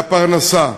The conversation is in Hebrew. והפרנסה.